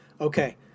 okay